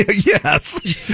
Yes